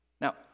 Now